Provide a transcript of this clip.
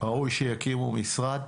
ראוי שיקימו משרד